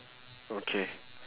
okay